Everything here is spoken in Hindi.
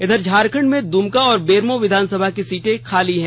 इधर झारखडं में दुमका और बेरमो विधानसभा की सीटें खाली हैं